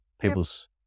people's